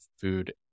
food